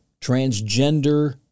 transgender